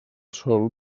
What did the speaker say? sòl